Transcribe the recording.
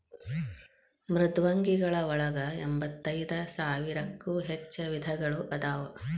ಮೃದ್ವಂಗಿಗಳ ಒಳಗ ಎಂಬತ್ತೈದ ಸಾವಿರಕ್ಕೂ ಹೆಚ್ಚ ವಿಧಗಳು ಅದಾವ